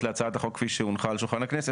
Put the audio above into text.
להצעת החוק כפי שהונחה על שולחן הכנסת,